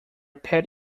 pet